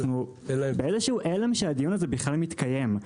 אנחנו בהלם שהדיון הזה בכלל מתקיים.